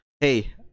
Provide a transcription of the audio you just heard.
hey